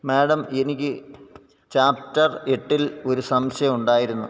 madam എനിക്ക് chapter എട്ടില് ഒരു സംശയം ഉണ്ടായിരുന്നു